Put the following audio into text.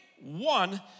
one